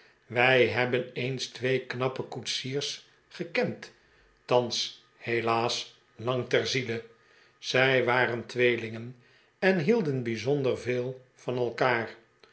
wij hebben eens twee knappe koetsiers gekend thans helaas lang ter ziele zij waren tweelingen en hielden bijzonder veel van elkaar